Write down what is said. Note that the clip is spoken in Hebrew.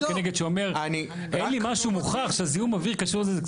כנגד שאומר אין לי משהו מוכח שזיהום אוויר קשור לזה,